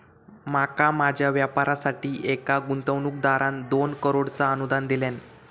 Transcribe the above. माका माझ्या व्यापारासाठी एका गुंतवणूकदारान दोन करोडचा अनुदान दिल्यान